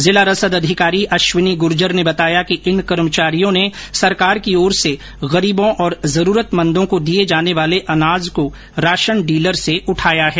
जिला रसद अधिकारी अश्विनी गुर्जर ने बताया कि इन कर्मचारियों ने सरकार की ओर से गरीबों और जरूरतमंदों को दिये जाने वाले अनाज को राशन डीलर से उठाया है